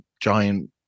giant